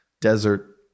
desert